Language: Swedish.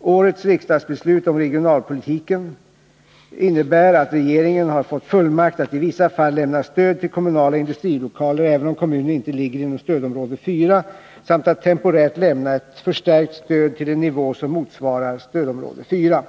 Årets riksdagsbeslut om regionalpolitiken innebär, att regeringen har fått fullmakt att i vissa fall lämna stöd till kommunala industrilokaler även om kommunen inte ligger inom stödområde 4 samt att temporärt lämna ett förstärkt stöd till en nivå som motsvarar stödområde 4.